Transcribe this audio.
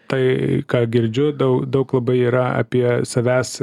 tai ką girdžiu daug daug labai yra apie savęs